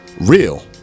real